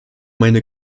meine